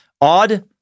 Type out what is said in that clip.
odd